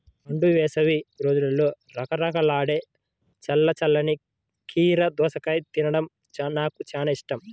మండు వేసవి రోజుల్లో కరకరలాడే చల్ల చల్లని కీర దోసకాయను తినడం నాకు చాలా ఇష్టం